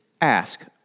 ask